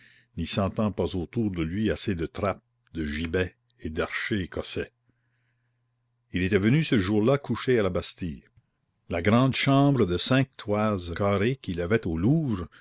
n'y sentant pas autour de lui assez de trappes de gibets et d'archers écossais il était venu ce jour-là coucher à la bastille la grande chambre de cinq toises carrées qu'il avait au louvre